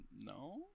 No